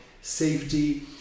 safety